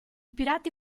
pirati